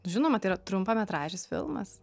žinoma tai yra trumpametražis filmas